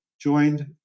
joined